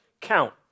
count